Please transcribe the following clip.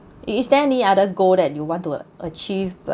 is there any other goal that you want to uh achieve